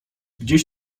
gdzieś